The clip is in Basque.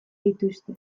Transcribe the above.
dituzte